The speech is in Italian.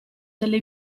delle